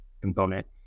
component